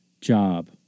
job